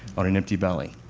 on an empty belly.